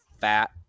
fat